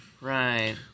Right